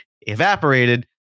evaporated